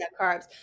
carbs